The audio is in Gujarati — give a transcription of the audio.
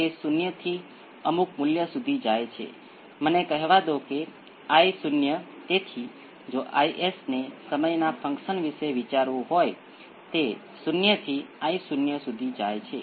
તેથી દરેક વિકલન પદમાં p અને nના ક્રમમાં વિકલનમાં p થી n હશે